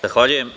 Zahvaljujem.